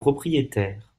propriétaire